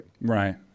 Right